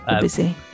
busy